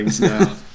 now